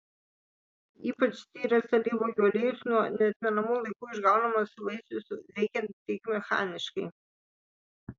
ypač tyras alyvuogių aliejus nuo neatmenamų laikų išgaunamas vaisius veikiant tik mechaniškai